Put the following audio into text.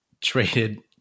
traded